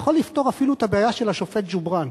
יכול לפתור אפילו את הבעיה של השופט ג'ובראן,